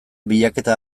bilaketa